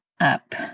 up